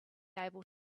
able